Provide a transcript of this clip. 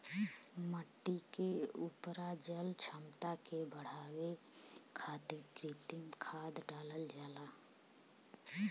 मट्टी के उपराजल क्षमता के बढ़ावे खातिर कृत्रिम खाद डालल जाला